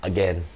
Again